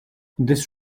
this